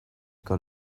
got